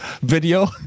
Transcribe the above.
video